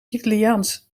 italiaans